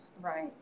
Right